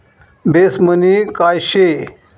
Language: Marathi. बेस मनी काय शे?